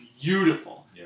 beautiful